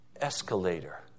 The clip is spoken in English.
escalator